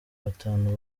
batanu